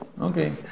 Okay